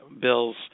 bills